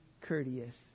courteous